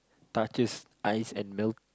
touches ice and melt